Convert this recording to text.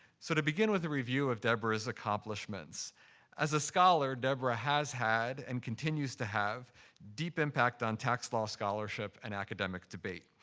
sort of begin with the review of deborah's accomplishments as a scholar, deborah has had and continues to have deep impact on tax law scholarship and academic debate.